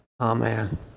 Amen